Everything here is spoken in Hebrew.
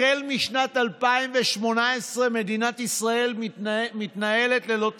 החל משנת 2018 מדינת ישראל מתנהלת ללא תקציב.